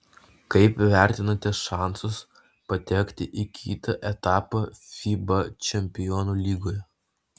kaip vertinate šansus patekti į kitą etapą fiba čempionų lygoje